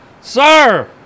Sir